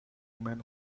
men